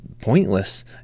pointless